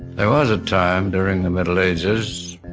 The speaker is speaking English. there was a time during the middle ages,